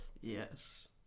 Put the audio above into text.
yes